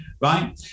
right